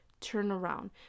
turnaround